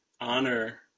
honor